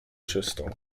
czystą